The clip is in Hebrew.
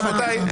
רבותיי.